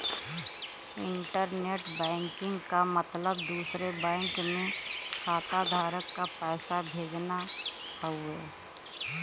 internet banking क मतलब दूसरे बैंक में खाताधारक क पैसा भेजना हउवे